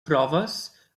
proves